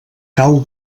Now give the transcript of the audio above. cau